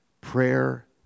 prayer